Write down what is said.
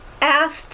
asked